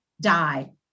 die